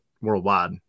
worldwide